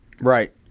Right